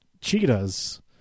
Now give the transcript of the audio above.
cheetahs